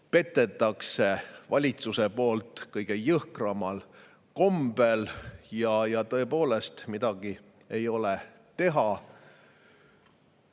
petetakse valitsuse poolt kõige jõhkramal kombel ja tõepoolest midagi ei ole teha.